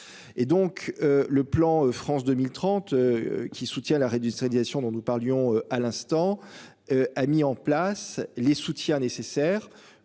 Et donc le plan France 2030. Qui soutient la réindustrialisation dont nous parlions à l'instant. A mis en place les soutiens nécessaires